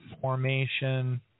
formation